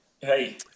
hey